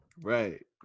Right